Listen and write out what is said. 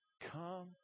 come